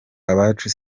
abacu